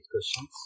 questions